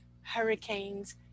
Hurricanes